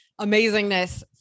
amazingness